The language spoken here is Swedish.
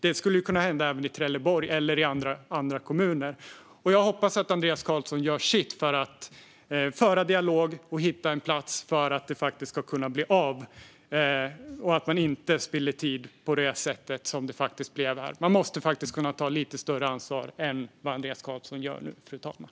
Det skulle kunna hända även i Trelleborg eller i andra kommuner. Jag hoppas att Andreas Carlson gör sitt för att föra dialog och hitta en plats så att det kan bli av och man inte spiller tid på det sätt som man gjorde här. Man måste kunna ta lite större ansvar än vad Andreas Carlson gör nu, fru talman.